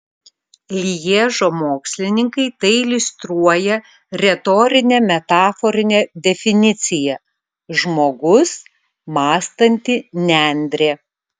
lježo mokslininkai tai iliustruoja retorine metaforine definicija žmogus mąstanti nendrė